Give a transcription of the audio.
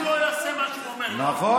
אם הוא לא יעשה מה שהוא אומר לו, נכון.